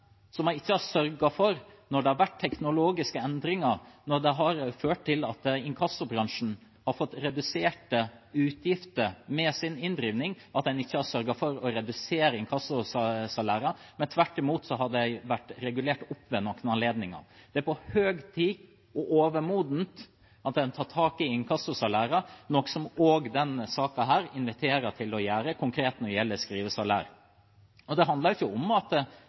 ikke har fulgt med i timen, noen som når det har vært teknologiske endringer som har ført til at inkassobransjen har fått reduserte utgifter med sin inndriving, ikke har sørget for å redusere inkassosalæret. Det har tvert imot vært regulert opp ved noen anledninger. Det er på høy tid og overmodent at en tar tak i inkassosalærene, noe som også denne saken inviterer til å gjøre konkret når det gjelder skrivesalær. Det handler ikke om at